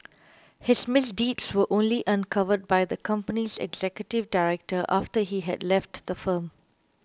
his misdeeds were only uncovered by the company's executive director after he had left the firm